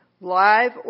live